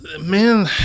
man